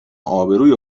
آبروی